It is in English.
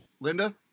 Linda